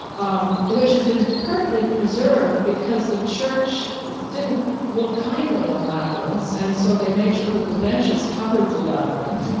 um which has been perfectly preserved because the church didn't look kindly on labyrinths, and so they made sure that the benches covered the labyrinth.